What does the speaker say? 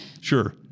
Sure